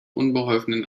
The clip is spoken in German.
unbeholfenen